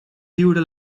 viure